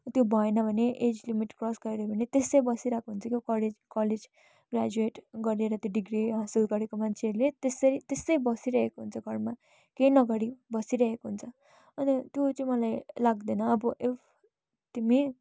त्यो भएन भने एज लिमिट क्रस गऱ्यो भने त्यसै बसिरहेको हुन्छ के कलेज कलेज ग्राजुएट गरेर त्यो डिग्री हासिल गरेको मान्छेहरूले त्यसै त्यसै बसिरहेको हुन्छ घरमा केही नगरी बसिरहेको हुन्छ अन्त त्यो चैँ मलाई लाग्दैन अब इफ तिमी